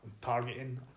targeting